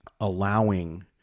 allowing